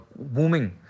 booming